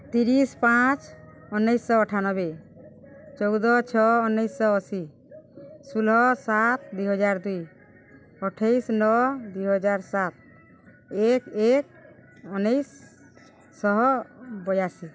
ତିରିଶ ପାଞ୍ଚ ଉଣେଇଶ ଶହ ଅଠାନବେ ଚଉଦ ଛଅ ଉଣେଇଶଶହ ଅଶୀ ଷୋହଳ ସାତ ଦୁଇ ହଜାର ଦୁଇ ଅଠେଇଶ ନଅ ଦୁଇ ହଜାର ସାତ ଏକ ଏକ ଉଣେଇଶଶହ ବୟାଅଶୀ